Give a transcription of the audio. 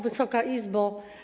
Wysoka Izbo!